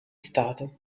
stato